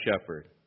shepherd